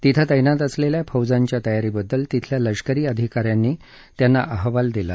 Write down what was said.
तिथे तैनात असलेल्या फौजांच्या तयारीबद्दल तिथल्या लष्करी अधिका यांनी त्यांना अहवाल दिला